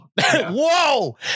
Whoa